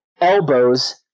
elbows